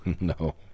No